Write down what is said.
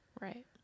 right